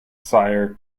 sire